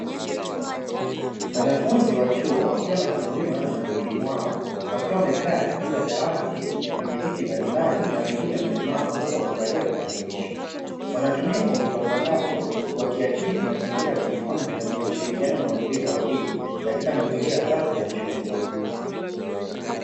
Wanafunzi wa chuo wakiwa wanasimamiwa na mwalimu wao, wakiwa wamekaa juu ya dawati lenye viti mbalimbali na wengine wamesimama, huku wamevalia vitambulisho, wanatumia kompyuta mpakato, wakiakisi mazingira ya kujifunza yenye ushirikvano na utulivu wa akili, katika mazingira safi ya chuo.